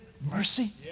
mercy